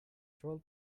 troll